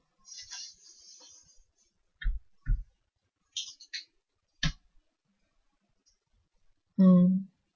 mm